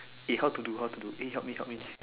eh how to do how to do eh help me help me